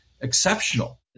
exceptional